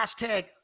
hashtag